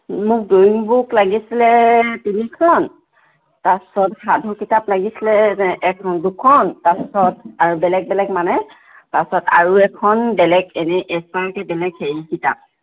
মোক drawing book লাগিছিলে তিনিখন তাৰপিছত সাধু কিতাপ লাগিছিলে এখন দুখন তাৰপিছত আৰু বেলেগ বেলেগ মানে তাৰপিছত আৰু এখন বেলেগ এনেই এছ আৰ টি বেলেগ হেৰি কিতাপ